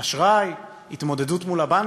אשראי, התמודדות מול הבנקים,